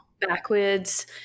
backwards